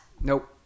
Nope